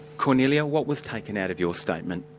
kornelia, what was taken out of your statement?